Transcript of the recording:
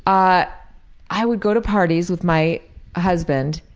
i i would go to parties with my husband,